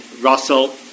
Russell